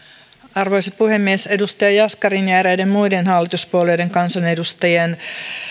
arvoisa puhemies edustaja jaskarin ja eräiden muiden hallituspuolueiden kansanedustajien